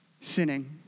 sinning